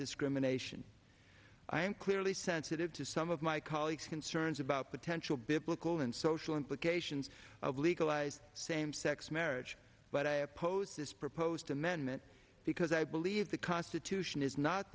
indiscrimination i am clearly sensitive to some of my colleagues concerns about potential biblical and social implications of legalizing same sex marriage but i oppose this proposed amendment because i believe the constitution is not